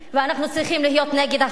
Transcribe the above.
ואנחנו צריכים להתנגד לו.